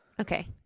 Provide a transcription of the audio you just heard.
Okay